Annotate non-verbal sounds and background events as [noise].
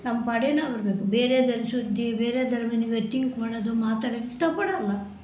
ನಮ್ಮ ಪಾಡಿಗೆ ನಾವು ಇರಬೇಕು ಬೇರೆದೆಲ್ಲ ಸುದ್ದಿ ಬೇರೆದವ್ರು [unintelligible] ತಿಂಕ್ ಮಾಡೋದು ಮಾತಾಡಕ್ಕೆ ಇಷ್ಟಪಡೋಲ್ಲ